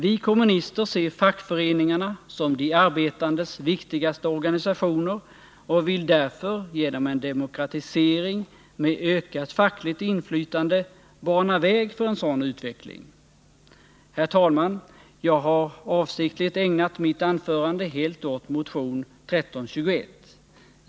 Vi kommunister ser fackföreningarna som de arbetandes viktigaste organisationer och vill därför genom en demokratisering med ökat fackligt inflytande bana väg för en sådan utveckling. Herr talman! Jag har avsiktligt ägnat mitt anförande helt åt motion 1321.